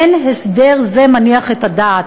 אין הסדר זה מניח את הדעת,